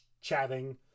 chatting